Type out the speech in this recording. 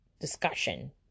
discussion